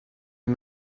est